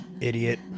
Idiot